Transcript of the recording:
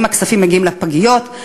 אם הכספים מגיעים לפגיות.